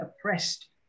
oppressed